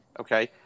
okay